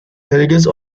heritage